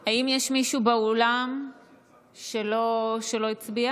אינו נוכח האם יש מישהו באולם שלא הצביע?